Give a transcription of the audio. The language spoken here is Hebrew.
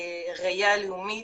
ראייה לאומית,